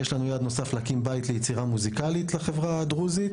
יש לנו יעד נוסף להקים בית ליצירה מוזיקלית לחברה הדרוזית,